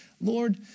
Lord